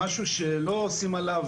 ויסמן.